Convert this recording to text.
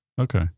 okay